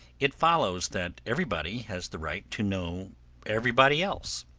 it follows that everybody has the right to know everybody else,